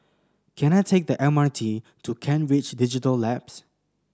can I take the M R T to Kent Ridge Digital Labs